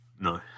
No